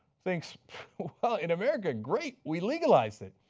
thinks in america, great, we legalized it.